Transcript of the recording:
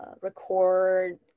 record